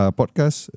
podcast